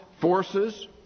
forces